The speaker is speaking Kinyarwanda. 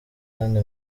kandi